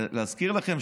להזכיר לכם,